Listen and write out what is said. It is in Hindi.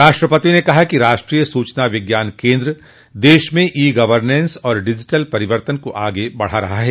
राष्ट्रपति ने कहा कि राष्ट्रीय सूचना विज्ञान केंद्र देश में ई गवर्नेंस और डिजिटल परिवर्तन को आगे बढ़ा रहा है